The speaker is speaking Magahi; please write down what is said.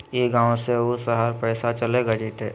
ई गांव से ऊ शहर पैसा चलेगा जयते?